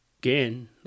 again